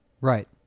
Right